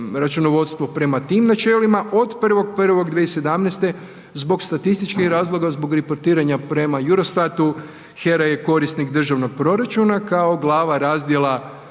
računovodstvo prema tim načelima od 1.1.2017. zbog statističkih razloga zbog reportiranja prema EUROSTAT-u, HERA je korisnik Državnog proračuna kao glava razdjela